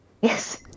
Yes